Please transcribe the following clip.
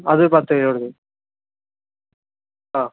അത് പത്തു കിലോ എടുത്തോ ആ